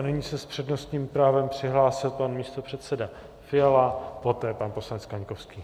A nyní se s přednostním právem přihlásil pan místopředseda Fiala, poté pan poslanec Kaňkovský.